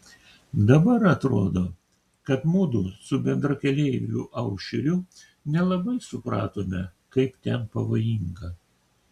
dabar atrodo kad mudu su bendrakeleiviu aušriu nelabai supratome kaip ten pavojinga